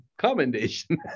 commendation